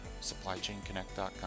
supplychainconnect.com